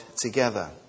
together